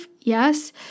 Yes